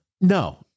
No